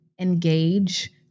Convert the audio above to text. engage